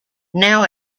now